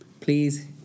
please